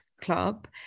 Club